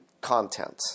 content